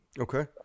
Okay